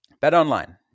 BetOnline